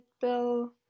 bill